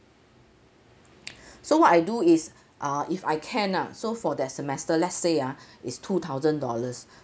so what I do is uh if I can ah so for that semester let's say ah is two thousand dollars